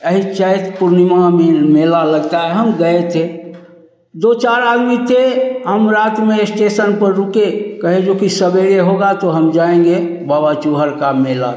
एही चैत पूर्णिमा में मेला लगता है हम गए थे दो चार आदमी थे हम रात में ईस्टेशन पर रुके कहे जो की सवेरे होगा तो हम जाएंगे बाबा चुहर का मेला के